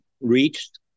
reached